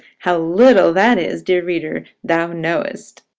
how little that is, dear reader, thou knowest.